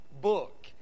book